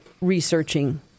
researching